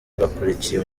bakurikiye